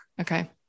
Okay